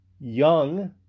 Young